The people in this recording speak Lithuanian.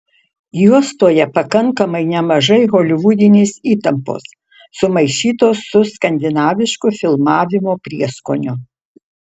juostoje pakankamai nemažai holivudinės įtampos sumaišytos su skandinavišku filmavimo prieskoniu